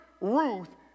Ruth